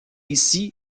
ici